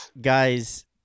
guys